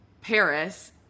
Paris